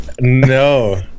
No